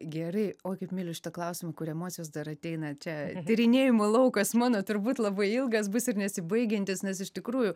gerai o kaip myliu šitą klausimą kur emocijos dar ateina čia tyrinėjimų laukas mano turbūt labai ilgas bus ir nesibaigiantis nes iš tikrųjų